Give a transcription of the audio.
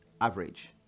average